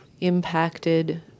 impacted